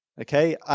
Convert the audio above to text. Okay